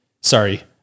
sorry